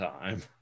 time